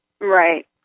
Right